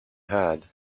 had